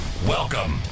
Welcome